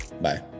Bye